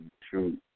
true